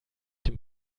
dem